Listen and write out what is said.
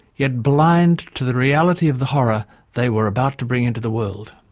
yet blind to the reality of the horror they were about to bring into the world.